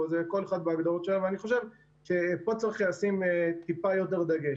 כל אחד וההגדרות שלו אבל אני חושב שפה צריך לשים טיפה יותר דגש.